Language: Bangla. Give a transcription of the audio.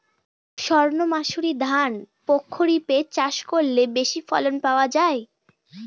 সর্ণমাসুরি ধান প্রক্ষরিপে চাষ করলে বেশি ফলন পাওয়া যায়?